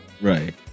Right